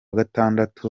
gatandatu